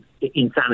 insanity